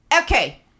Okay